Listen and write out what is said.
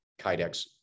kydex